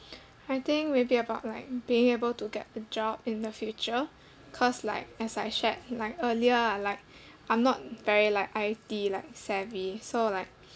I think maybe about like being able to get a job in the future cause like as I shared like earlier ah like I'm not very like I_T like savvy so like